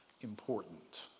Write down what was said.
important